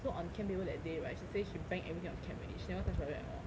so on chem paper that day right she say she bang everything on chem already she never touch bio at all